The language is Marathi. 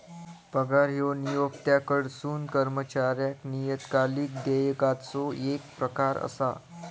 पगार ह्यो नियोक्त्याकडसून कर्मचाऱ्याक नियतकालिक देयकाचो येक प्रकार असा